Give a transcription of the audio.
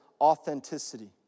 authenticity